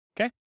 Okay